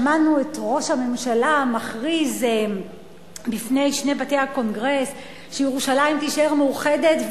שמענו את ראש הממשלה מכריז בפני שני בתי הקונגרס שירושלים תישאר מאוחדת,